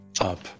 up